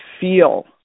feel